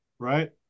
Right